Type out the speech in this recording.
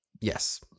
Yes